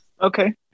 Okay